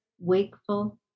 Wakeful